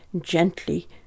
gently